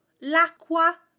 l'acqua